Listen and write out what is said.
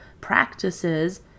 practices